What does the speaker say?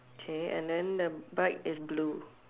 okay and then the bike in blue